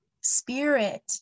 spirit